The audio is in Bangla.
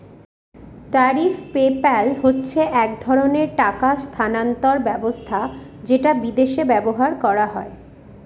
ট্যারিফ পেপ্যাল হচ্ছে এক ধরনের টাকা স্থানান্তর ব্যবস্থা যেটা বিদেশে ব্যবহার করা হয়